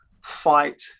fight